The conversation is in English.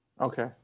Okay